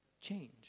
change